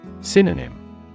Synonym